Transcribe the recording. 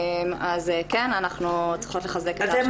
אז כן אנחנו צריכות לחזק את שיתוף הפעולה איתם.